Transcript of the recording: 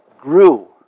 grew